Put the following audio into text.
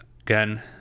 again